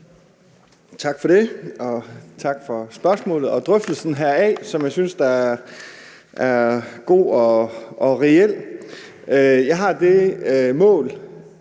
Tak for det, og tak for spørgsmålet og drøftelsen heraf, som jeg synes er god og reel. Jeg har det mål